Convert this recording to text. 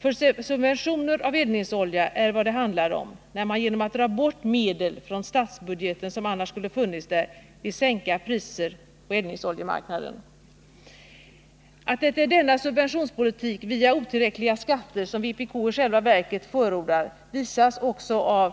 För subventioner av eldningsolja är vad det handlar om, när man genom att dra medel från statsbudgeten, som annars skulle ha funnits där, vill få sänkta priser på eldningsoljemarknaden. Att det är denna subventionspolitik via otillräckliga skatter som vpk i själva verket förordar visas också av